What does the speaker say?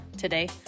today